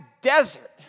desert